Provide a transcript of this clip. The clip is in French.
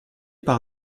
par